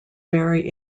vary